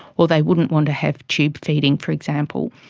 or they wouldn't want to have tube feeding, for example,